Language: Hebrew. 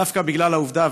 דווקא בגלל העובדה,